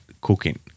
cooking